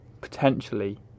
Potentially